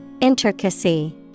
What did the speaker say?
Intricacy